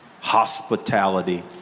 hospitality